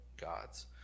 God's